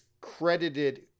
credited